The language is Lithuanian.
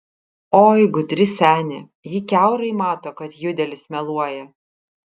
oi gudri senė ji kiaurai mato kad judelis meluoja